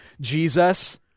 Jesus